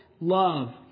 love